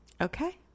Okay